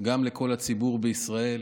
לכל הציבור בישראל.